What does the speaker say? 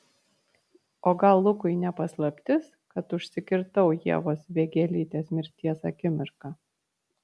o gal lukui ne paslaptis kad užsikirtau ievos vėgėlytės mirties akimirką